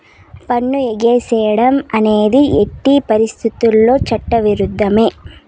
పన్ను ఎగేసేడం అనేది ఎట్టి పరిత్తితుల్లోనూ చట్ట ఇరుద్ధమే